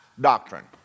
doctrine